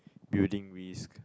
building risk